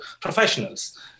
professionals